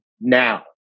now